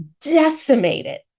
Decimated